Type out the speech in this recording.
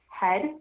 head